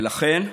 ולכן,